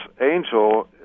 angel